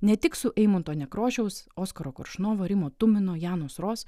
ne tik su eimunto nekrošiaus oskaro koršunovo rimo tumino janos ros